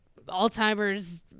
Alzheimer's